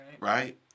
Right